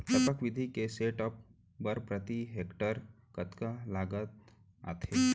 टपक विधि के सेटअप बर प्रति हेक्टेयर कतना लागत आथे?